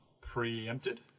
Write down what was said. preempted